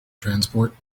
transport